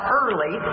early